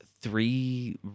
three